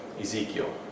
Ezekiel